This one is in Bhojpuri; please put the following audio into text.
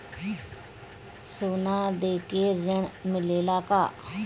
सोना देके ऋण मिलेला का?